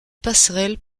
passerelle